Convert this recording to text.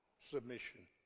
submission